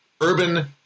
urban